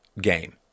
game